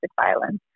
violence